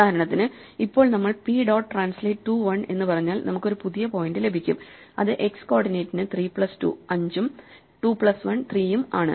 ഉദാഹരണത്തിന് ഇപ്പോൾ നമ്മൾ p ഡോട്ട് ട്രാൻസ്ലേറ്റ് 2 1 എന്ന് പറഞ്ഞാൽ നമുക്ക് ഒരു പുതിയ പോയിന്റ് ലഭിക്കും അത് x കോർഡിനേറ്റിന് 3 പ്ലസ് 2 5 ഉം 2 പ്ലസ് 1 3 ഉം ആണ്